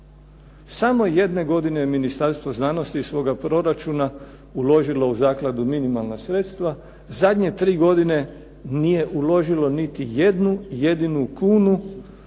Samo jedne godine je Ministarstvo znanosti iz svoga proračuna uložila u zakladu minimalna sredstva, zadnje tri godine nije uložilo niti jednu jedinu kunu